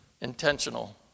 Intentional